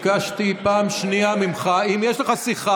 ביקשתי ממך בפעם השנייה: אם יש לך שיחה,